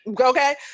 okay